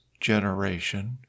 generation